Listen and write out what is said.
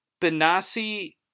Benassi